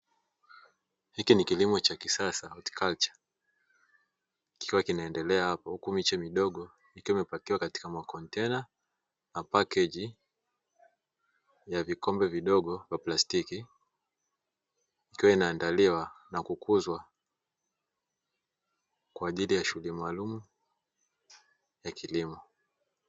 Hiki ni kilimo cha kisasa hatikacha kikiwa kinaendelea hapo huku miche midogo, ikiwa imepakiwa katika makontena na pakeji ya vikombe vidogo vya plastiki, ikiwa inaandaliwa na kukuzwa kwajili ya shughuli maalumu ya kilimo.